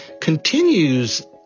continues